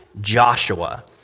Joshua